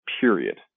period